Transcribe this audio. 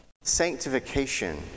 sanctification